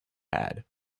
had